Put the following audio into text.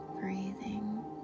breathing